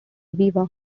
viva